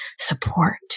support